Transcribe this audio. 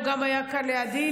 הוא גם היה כאן לידי,